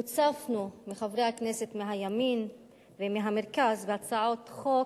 הוצפנו מחברי הכנסת מהימין ומהמרכז בהצעות חוק